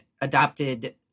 adopted